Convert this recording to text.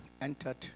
entered